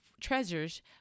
treasures